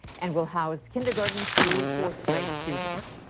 and will house kindergarten through fourth grade students.